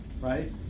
right